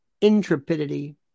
intrepidity